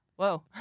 whoa